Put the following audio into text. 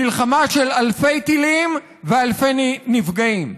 מלחמה של אלפי טילים ואלפי נפגעים.